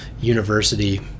University